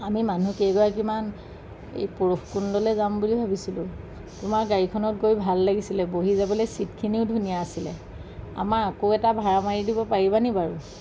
আমি মানুহ কেইগৰাকীমান এই পৰশুকুণ্ডলৈ যাম বুলি ভাবিছিলোঁ তোমাৰ গাড়ীখনত গৈ ভাল লাগিছিলে বহি যাবলৈ চিটখিনিও ধুনীয়া আছিলে আমাৰ আকৌ এটা ভাড়া মাৰি দিব পাৰিবা নেকি বাৰু